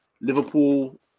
Liverpool